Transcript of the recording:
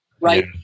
right